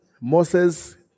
Moses